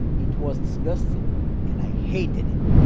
it was disgusting and i hated it.